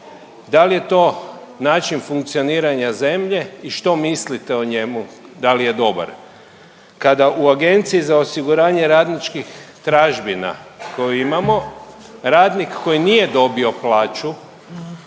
Da li je to način funkcioniranja zemlje i što mislite o njemu da li je dobar kada u Agenciji za osiguranje radničkih tražbina koju imamo radnik koji nije dobio plaću